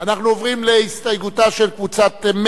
אנחנו עוברים להסתייגותה של קבוצת מרצ.